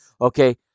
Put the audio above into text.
okay